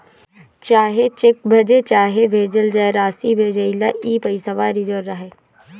चाहे चेक भजे चाहे भेजल जाए, रासी भेजेला ई पइसवा रिजव रहे